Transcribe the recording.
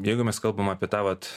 jeigu mes kalbam apie tą vat